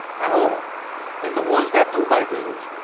at all and the ones that do buy games,